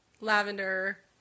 lavender